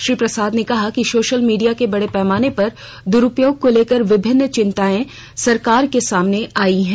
श्री प्रसाद ने कहा कि सोशल मीडिया के बड़े पैमाने पर द्रुपयोग को लेकर विभिन्न चिंताएं सरकार के सामने आई हैं